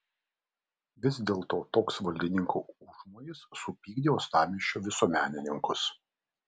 vis dėlto toks valdininkų užmojis supykdė uostamiesčio visuomenininkus